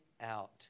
out